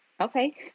Okay